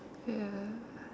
ya